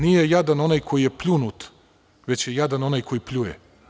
Nije jadan onaj koji je pljunut, već je jadan onaj koji pljuje.